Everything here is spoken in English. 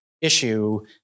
issue